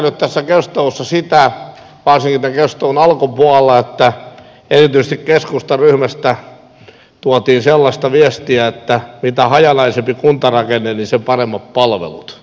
olen hieman ihmetellyt tässä keskustelussa sitä varsinkin tämän keskustelun alkupuolella että erityisesti keskustan ryhmästä tuotiin sellaista viestiä että mitä hajanaisempi kuntarakenne sen paremmat palvelut